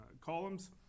columns